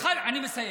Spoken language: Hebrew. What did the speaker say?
אני מסיים.